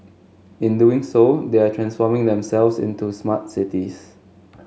in doing so they are transforming themselves into smart cities